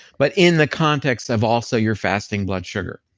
but in the context of also your fasting blood sugar.